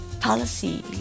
policy